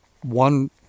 one